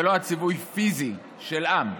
זה לא הציווי הפיזי, של עם,